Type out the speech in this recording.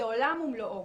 זה עולם ומלואו.